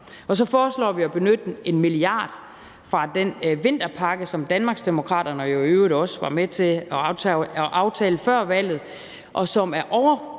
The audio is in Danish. Og så foreslår vi at benytte 1 mia. kr. fra den vinterpakke, som Danmarksdemokraterne i øvrigt også var med til at aftale før valget, og som er